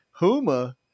Huma